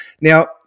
Now